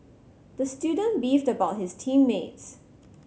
the student beefed about his team mates